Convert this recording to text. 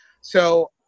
So-